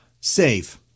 save